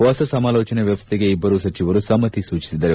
ಹೊಸ ಸಮಾಲೋಚನಾ ವ್ನವಸ್ಥೆಗೆ ಇಬ್ಬರೂ ಸಚಿವರು ಸಮ್ಮತಿ ಸೂಚಿಸಿದರು